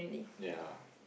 ya